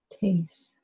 taste